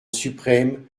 suprême